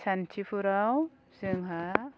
सानथिफुराव जोंहा